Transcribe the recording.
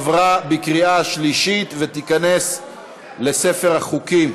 עברה בקריאה שלישית ותיכנס לספר החוקים.